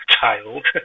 child